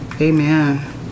Amen